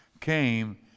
came